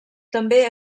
també